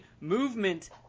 movement